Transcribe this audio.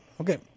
Okay